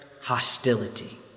hostility